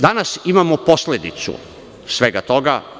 Danas imamo posledicu svega toga.